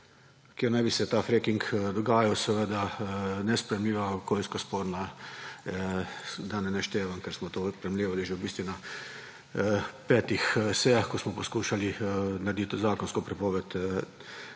kjer naj bi se ta freking dogajal, seveda nesprejemljiva, okoljsko sporna, da ne naštevam, ker smo toliko premlevali že v bistvu na petih sejah, ko smo poskušali naredit zakonsko prepoved